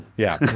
yeah.